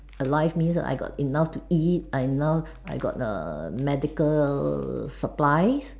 alive means I got enough to eat I enough I got err medical supplies